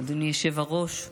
אדוני היושב-ראש,